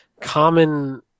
common